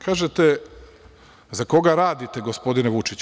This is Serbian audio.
Kažete – za koga radite, gospodine Vučiću?